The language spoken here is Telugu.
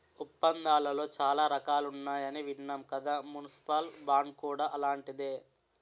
ఒప్పందాలలో చాలా రకాలున్నాయని విన్నాం కదా మున్సిపల్ బాండ్ కూడా అలాంటిదే